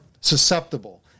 susceptible